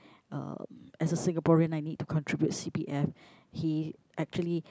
uh as a Singaporean I need to contribute c_p_f he actually